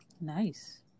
Nice